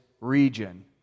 region